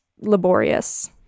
laborious